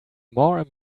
more